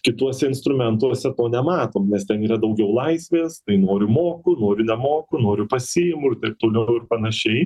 kituose instrumentuose to nematom nes ten yra daugiau laisvės tai noriu moku noriu nemoku noriu pasiimu ir taip toliau ir panašiai